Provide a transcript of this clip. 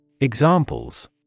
Examples